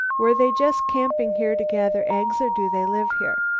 were they just camping here to gather eggs or do they live here?